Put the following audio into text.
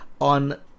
on